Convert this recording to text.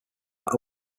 that